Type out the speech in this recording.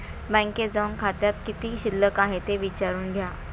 बँकेत जाऊन खात्यात किती शिल्लक आहे ते विचारून घ्या